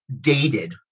dated